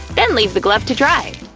then leave the glove to dry.